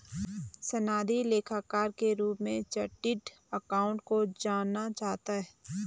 सनदी लेखाकार के रूप में चार्टेड अकाउंटेंट को जाना जाता है